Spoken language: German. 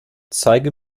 zeige